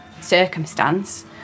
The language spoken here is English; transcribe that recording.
circumstance